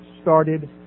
started